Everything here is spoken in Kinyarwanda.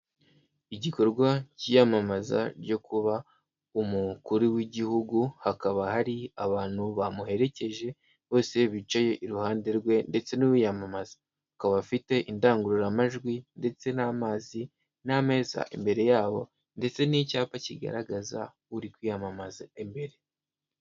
Igikorwa cy'iyamamaza ryo kuba umukuru w'igihugu hakaba hari abantu bamuherekeje bose bicaye iruhande rwe ndetse n'uwiyamamaza, akaba afite indangururamajwi ndetse n'amazi n'ameza imbere yabo ndetse n'icyapa kigaragaza uri kwiyamamaza imbere.